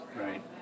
right